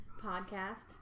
podcast